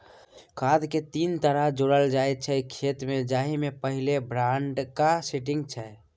खाद केँ तीन तरहे जोरल जाइ छै खेत मे जाहि मे पहिल ब्राँडकास्टिंग छै